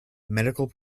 medical